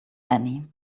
annie